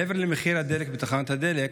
מעבר למחיר הדלק בתחנת הדלק,